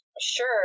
sure